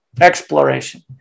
Exploration